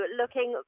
looking